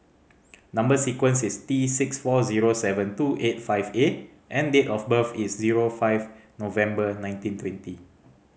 number sequence is T six four zero seven two eight five A and date of birth is zero five November nineteen twenty